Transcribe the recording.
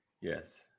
Yes